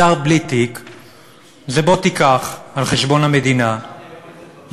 שר בלי תיק זה, בוא תיקח על חשבון המדינה לשכה,